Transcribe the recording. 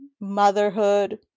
motherhood